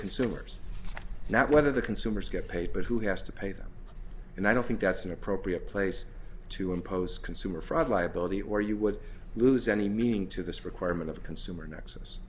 consumers not whether the consumers get paid but who has to pay them and i don't think that's an appropriate place to impose consumer fraud liability or you would lose any meaning to this requirement of consumer nexus